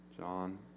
John